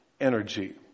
energy